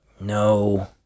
No